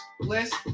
list